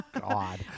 God